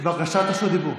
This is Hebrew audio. בקשת רשות דיבור?